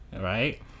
Right